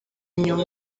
nyuma